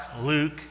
Luke